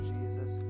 Jesus